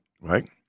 right